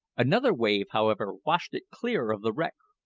another wave, however, washed it clear of the wreck.